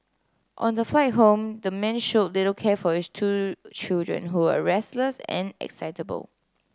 on the flight home the man showed little care for his two children who were restless and excitable